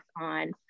on